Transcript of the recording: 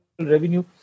revenue